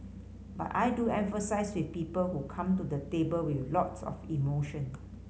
but I do empathise with people who come to the table with lots of emotion